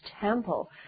temple